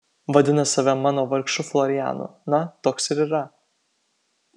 vadina save mano vargšu florianu na toks ir yra